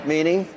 Meaning